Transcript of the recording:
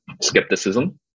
skepticism